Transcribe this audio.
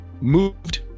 moved